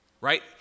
Right